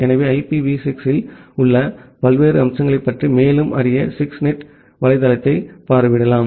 எனவே ஐபிவி 6 இல் உள்ள பல்வேறு அம்சங்களைப் பற்றி மேலும் அறிய 6NET வலைத்தளத்தைப் பார்வையிடலாம்